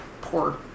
poor